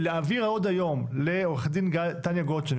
להעביר עוד היום לעו"ד תניה גולדשטיין